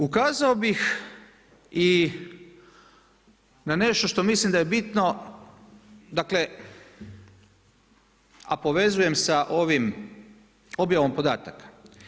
Ukazao bih i na nešto što mislim da je bitno dakle, a povezujem sa ovom objavom podataka.